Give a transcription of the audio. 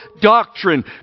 doctrine